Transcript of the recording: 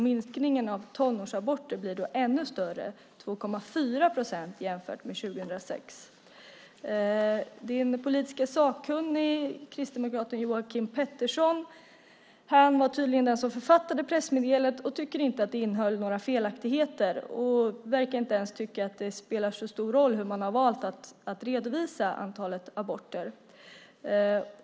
Minskningen av tonårsaborter blir då ännu större, 2,4 procent jämfört med 2006. Din politiskt sakkunnige, kristdemokraten Joakim Pettersson, var tydligen den som författade pressmeddelandet. Han tycker inte att det innehäll några felaktigheter. Han verkar inte ens tycka att det spelar så stor roll hur man har valt att redovisa antalet aborter.